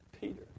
Peter